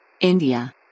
India